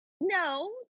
no